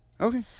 Okay